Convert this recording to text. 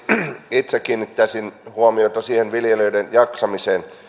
itse kiinnittäisin huomiota erityisesti siihen viljelijöiden jaksamiseen